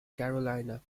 carolina